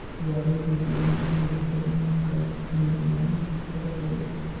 वाणिज्य बेंक के परमुख काम निरमान हर हवे